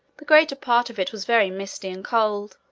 the greater part of it was very misty and cold.